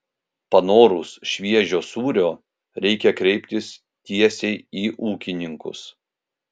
panorus šviežio sūrio reikia kreiptis tiesiai į ūkininkus